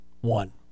One